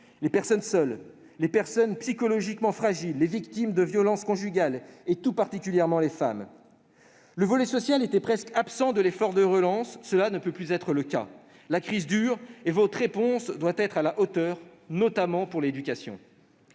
les personnes seules, celles qui sont psychologiquement fragiles, les victimes de violences conjugales et tout particulièrement les femmes. Le volet social était presque absent de l'effort de relance ; cela ne peut plus être le cas. La crise dure et votre réponse doit être à la hauteur, notamment pour l'éducation.